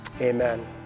Amen